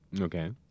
Okay